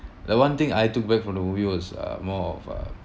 the one thing I took back from the movie was uh more of a